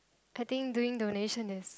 I think doing donation is